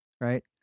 right